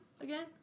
again